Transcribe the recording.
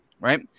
right